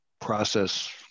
process